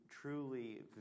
truly